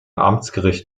amtsgericht